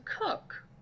cook